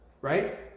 right